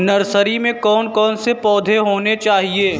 Nursery में कौन कौन से पौधे होने चाहिए?